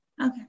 Okay